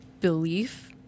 Belief